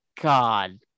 God